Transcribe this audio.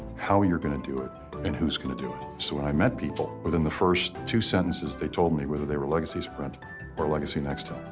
how you're going to do it and who's going to do it. so when i met people, within the first two sentences they told me whether they were legacy sprint or legacy nextel,